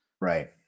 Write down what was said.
right